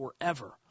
forever